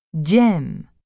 Gem